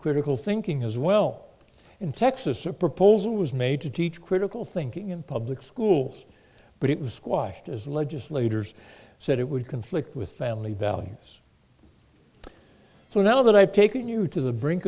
critical thinking as well in texas a proposal was made to teach critical thinking in public schools but it was squashed as legislators said it would conflict with family values so now that i've taken you to the brink